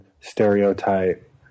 stereotype